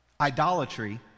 idolatry